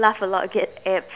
laugh a lot get abs